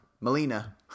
Melina